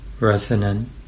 resonant